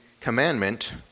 commandment